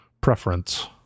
preference